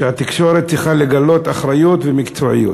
שהתקשורת צריכה לגלות אחריות ומקצועיות.